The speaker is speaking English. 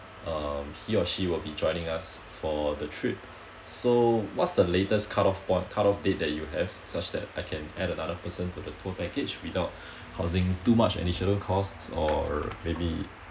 um he or she will be joining us for the trip so what's the latest cut off point cut off date that you have such that I can add another person for the tour package without causing too much additional costs or maybe